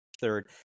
third